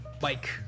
bike